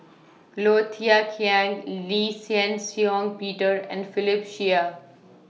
Low Thia Khiang Lee Shih Shiong Peter and Philip Chia